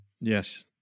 Yes